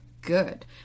good